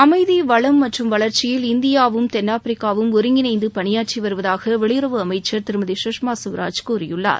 அமைதி வளம் மற்றும் வளர்ச்சியில் இந்தியாவும் தென்னாப்பிரிக்காவும் ஒருங்கிணைந்து பணியாற்றி வருவதாக வெளியுறவு அமைச்ச் திருமதி சுஷ்மா ஸ்வராஜ் கூறியுள்ளார்